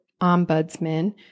ombudsman